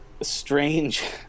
strange